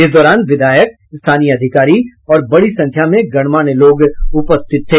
इस दौरान विधायक स्थानीय अधिकारी और बड़ी संख्या में गणमान्य लोग उपस्थित थे